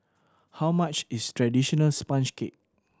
how much is traditional sponge cake